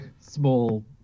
small